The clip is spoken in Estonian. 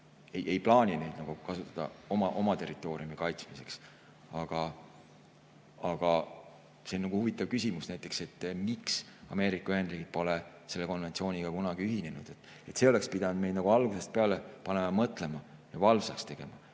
ei plaani neid kasutada oma territooriumi kaitsmiseks. Aga see on huvitav küsimus, et miks Ameerika Ühendriigid pole selle konventsiooniga kunagi ühinenud. See oleks pidanud meid algusest peale panema mõtlema, valvsaks tegema,